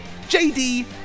JD